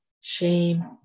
shame